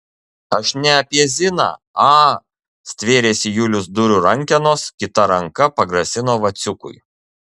aš ne apie ziną a stvėrėsi julius durų rankenos kita ranka pagrasino vaciukui